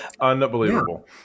Unbelievable